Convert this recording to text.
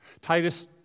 Titus